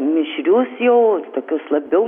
mišrius jau tokius labiau